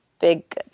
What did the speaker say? big